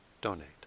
donate